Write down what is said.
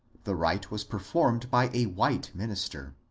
the rite was performed by a white minister.